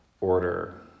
order